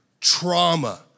trauma